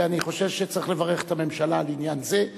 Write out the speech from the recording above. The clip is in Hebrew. ואני חושב שצריך לברך את הממשלה בעניין זה.